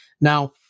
Now